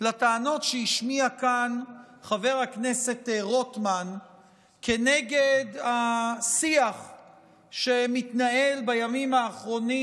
לטענות שהשמיע כאן חבר הכנסת רוטמן כנגד השיח שמתנהל בימים האחרונים,